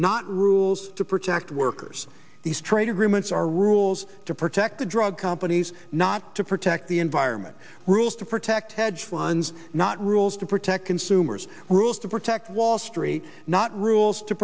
not rules to protect workers these trade agreements are rules to protect the drug companies not to protect the environment rules to protect hedge funds not rules to protect consumers rules to protect wall street not rules to